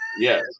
Yes